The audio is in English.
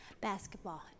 basketball